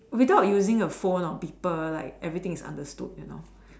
without using a phone or people like everything is understood you know